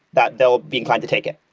that they'll be inclined to take it.